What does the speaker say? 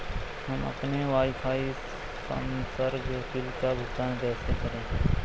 हम अपने वाईफाई संसर्ग बिल का भुगतान कैसे करें?